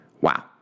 Wow